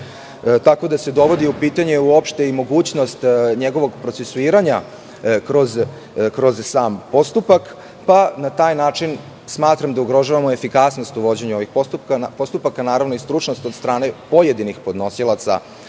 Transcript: Tako se dovodi u pitanje uopšte i mogućnost njegovog procesuiranja kroz sam postupak i na taj način smatram da ugrožavamo efikasnost u vođenju ovih postupaka, naravno i stručnost od strane pojedinih podnosilaca